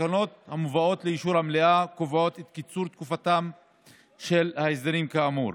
התקנות המובאות לאישור המליאה קובעות את קיצור תוקפם של ההסדרים כאמור.